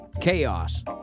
Chaos